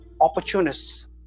opportunists